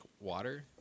water